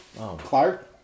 Clark